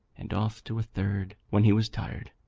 and off to a third when he was tired.